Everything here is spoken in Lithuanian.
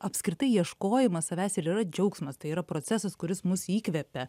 apskritai ieškojimas savęs ir yra džiaugsmas tai yra procesas kuris mus įkvepia